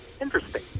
interesting